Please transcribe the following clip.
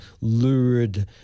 Lurid